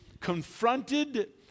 confronted